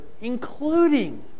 including